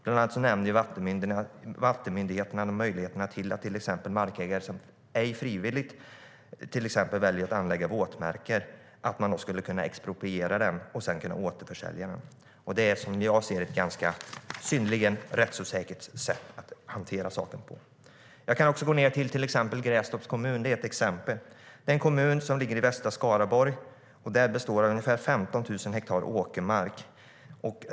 Bland annat nämner vattenmyndigheterna möjligheten att expropriera marken för vattenägare som ej frivilligt väljer att till exempel anlägga våtmarker och sedan återförsälja den. Det är som jag ser det ett synnerligen rättsosäkert sätt att hantera saken på. Ett exempel är Grästorps kommun. Det är en kommun som ligger i västra Skaraborg. Den består av ungefär 15 000 hektar åkermark.